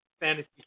fantasy